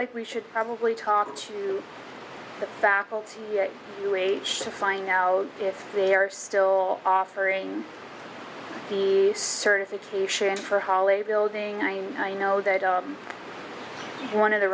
like we should probably talk to the faculty a new age to find out if they are still offering the certification for holiday building i mean i know that one of the